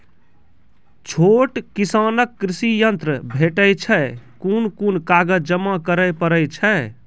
छोट किसानक कृषि ॠण भेटै छै? कून कून कागज जमा करे पड़े छै?